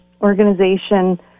organization